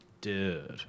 Dude